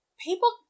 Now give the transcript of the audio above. people